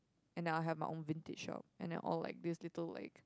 and I have my own vintage shop and all like these little like